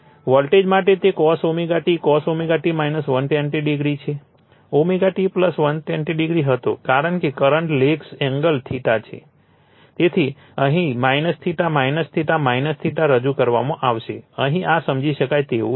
voltage માટે તે cos t cos t 120o છે t 120o હતો કારણ કે કરંટ લેગ્સ એંગલ તેથી અહીં રજૂ કરવામાં આવશે અહીં આ સમજી શકાય તેવું છે